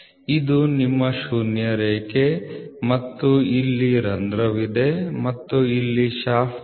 ಇದು ನಿಮ್ಮ ಶೂನ್ಯ ರೇಖೆ ಮತ್ತು ಇಲ್ಲಿ ರಂಧ್ರವಿದೆ ಮತ್ತು ಇಲ್ಲಿ ಶಾಫ್ಟ್ ಇದೆ